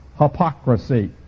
hypocrisy